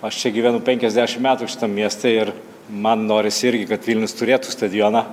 aš čia gyvenu penkiasdešim metų šitam mieste ir man norisi irgi kad vilnius turėtų stadioną